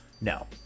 No